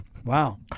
Wow